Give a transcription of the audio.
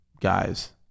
guys